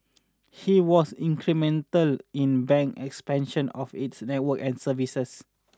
he was incremental in the bank's expansion of its network and services